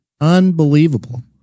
Unbelievable